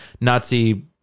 Nazi